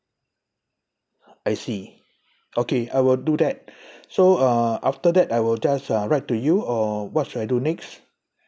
I see okay I will do that so uh after that I will just uh write to you or what should I do next